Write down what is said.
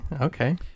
okay